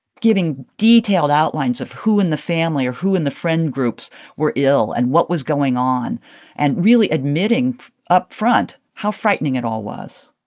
giving detailed outlines of who in the family or who in the friend groups were ill and what was going on and really admitting upfront how frightening it all was